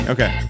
Okay